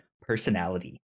personality